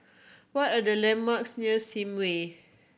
what are the landmarks near Sim Way